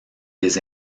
des